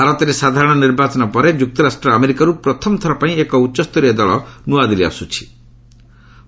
ଭାରତରେ ସାଧାରଣ ନିର୍ବାଚନ ପରେ ଯ୍ରକ୍ତରାଷ୍ଟ୍ ଆମେରିକାର୍ ପ୍ରଥମଥର ପାଇଁ ଏକ ଉଚ୍ଚସ୍ତରୀୟ ଦଳ ନ୍ତ୍ରଆଦିଲ୍ରୀ ଆସ୍ବଛନ୍ତି